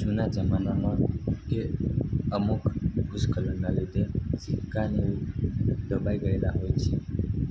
જૂના જમાનામાં કે અમુક ભૂસ્ખલનનાં લીધે જે સિક્કા ને એ દબાઈ ગયેલા હોય છે